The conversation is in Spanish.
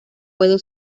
puedo